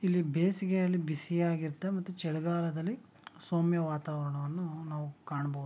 ಇಲ್ಲಿ ಬೇಸಿಗೆಯಲ್ಲಿ ಬಿಸಿಯಾಗಿರುತ್ತೆ ಮತ್ತು ಚಳಿಗಾಲದಲ್ಲಿ ಸೌಮ್ಯ ವಾತಾವರಣವನ್ನು ನಾವು ಕಾಣ್ಬೋದು